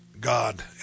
God